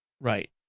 Right